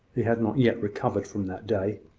he had not yet recovered from that day.